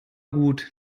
gut